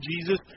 Jesus